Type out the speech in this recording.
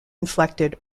inflected